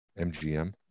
MGM